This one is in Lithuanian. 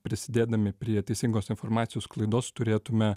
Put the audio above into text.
prisidėdami prie teisingos informacijos sklaidos turėtume